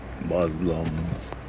Muslims